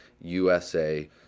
USA